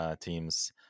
teams